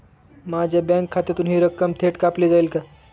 माझ्या बँक खात्यातून हि रक्कम थेट कापली जाईल का?